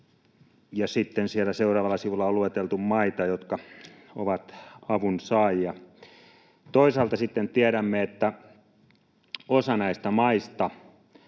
ja sitten siellä seuraavalla sivulla on lueteltu maita, jotka ovat avunsaajia. Toisaalta sitten tiedämme, että osa näistä maista